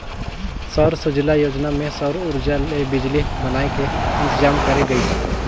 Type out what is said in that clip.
सौर सूजला योजना मे सउर उरजा ले बिजली बनाए के इंतजाम करे गइस